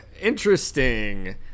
interesting